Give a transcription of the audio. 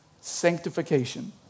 Sanctification